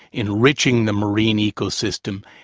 enriching the marine ecosystem,